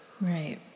Right